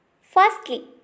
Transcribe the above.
Firstly